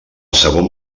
segon